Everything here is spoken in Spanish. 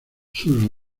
sus